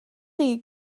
chi